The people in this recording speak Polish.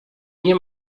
nie